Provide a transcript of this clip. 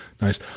nice